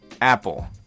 Apple